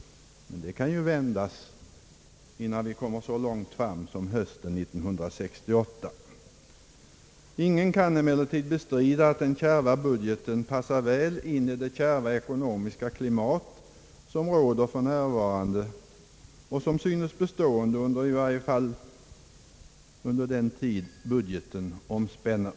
Men den utvecklingen kan ju vända fram till hösten 1968. Ingen kan dock bestrida att den kärva budgeten passar bra in i det kärva ekonomiska klimat som för närvarande råder och synes bli bestående under i varje fall den tid budgeten omspänner.